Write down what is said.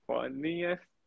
Funniest